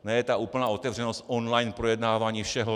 Ne úplná otevřenost online projednávání všeho.